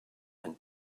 and